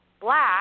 black